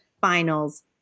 finals